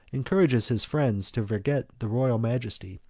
encourages his friends to forget the royal majesty,